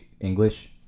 English